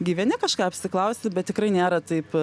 gyveni kažką apsiklausi bet tikrai nėra taip